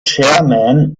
chairman